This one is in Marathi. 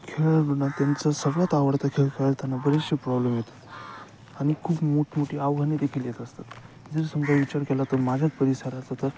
खेळाडूंना त्यांचा सर्वात आवडता खेळ खेळताना बरेचसे प्रॉब्लेम येतात आणि खूप मोठमोठी आव्हाने देखील येत असतात जर समजा विचार केला तर माझ्याच परिसराचा तर